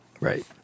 right